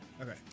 Okay